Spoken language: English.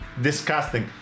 disgusting